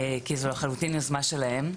כי זו לחלוטין יוזמה שלהם.